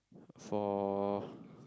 for